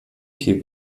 viel